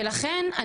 ולכן,